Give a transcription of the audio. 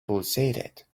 pulsated